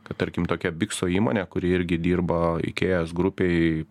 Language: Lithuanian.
kad tarkim tokia bikso įmonė kuri irgi dirba ikėjos grupėj